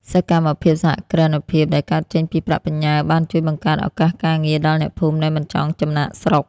សកម្មភាពសហគ្រិនភាពដែលកើតចេញពីប្រាក់បញ្ញើ បានជួយបង្កើតឱកាសការងារដល់អ្នកភូមិដែលមិនចង់ចំណាកស្រុក។